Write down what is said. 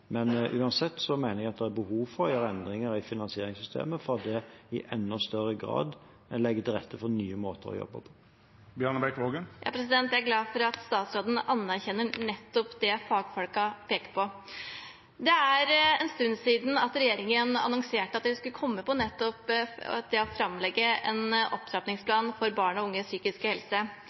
i enda større grad legger til rette for nye måter å jobbe på. Jeg er glad for at statsråden anerkjenner nettopp det fagfolkene peker på. Det er en stund siden regjeringen annonserte at den skulle framlegge en opptrappingsplan for barn og unges psykiske helse.